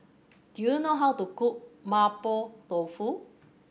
do you know how to cook Mapo Tofu